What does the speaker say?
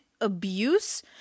abuse